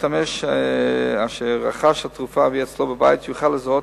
משתמש אשר רכש התרופה והיא אצלו בבית יוכל לזהות